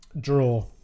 draw